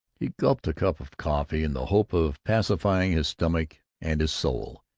he gulped a cup of coffee in the hope of pacifying his stomach and his soul.